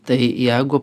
tai jeigu